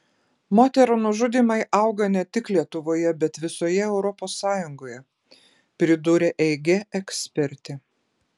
moterų nužudymai auga net tik lietuvoje bet visoje europos sąjungoje pridūrė eige ekspertė